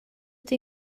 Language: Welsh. ydw